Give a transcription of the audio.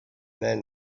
then